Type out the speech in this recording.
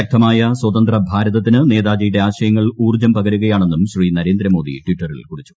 ശക്തമായ സ്വതന്ത്ര ഭാരതത്തിന് നേതാജിയുടെ ആശയങ്ങൾ ഊർജ്ജം പകരുകയാണെന്നും ശ്രീ നരേന്ദ്രമോദി ടിറ്ററിൽ കുറിച്ചു